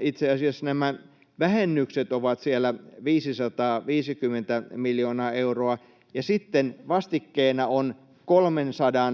itse asiassa nämä vähennykset ovat siellä 550 miljoonaa euroa, ja sitten vastikkeena on 300